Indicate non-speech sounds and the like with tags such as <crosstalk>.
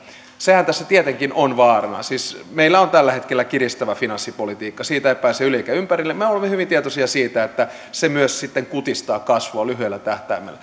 sehän tässä tietenkin on vaarana siis meillä on tällä hetkellä kiristävä finanssipolitiikka siitä ei pääse yli eikä ympäri ja me olemme hyvin tietoisia siitä että se myös sitten kutistaa kasvua lyhyellä tähtäimellä <unintelligible>